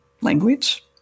language